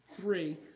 three